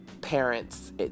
parents